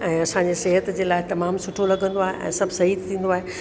ऐं असांजे सिहत जे लाइ तमामु सुठो लॻंदो आहे ऐं सभु सही थींदो आहे